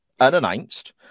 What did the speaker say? unannounced